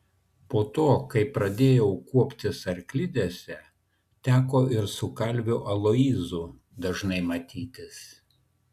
po to kai pradėjau kuoptis arklidėse teko ir su kalviu aloyzu dažnai matytis